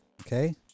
Okay